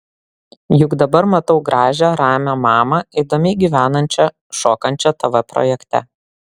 juk dabar matau gražią ramią mamą įdomiai gyvenančią šokančią tv projekte